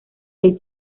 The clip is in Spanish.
del